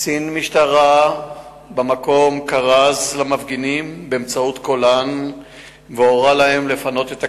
קצין משטרה במקום כרז למפגינים באמצעות קולן והורה להם לפנות את הכביש.